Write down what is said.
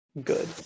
good